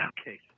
Okay